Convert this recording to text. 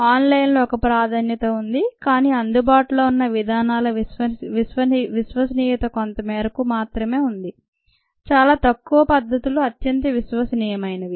on line లో ఒక ప్రాధాన్యత ఉంది కానీ అందుబాటులో ఉన్న విధానాల విశ్వసనీయత కొంత మేరకు మాత్రమే ఉంటుంది చాలా తక్కువ పద్ధతులు అత్యంత విశ్వసనీయమైనవి